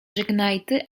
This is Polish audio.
żegnajty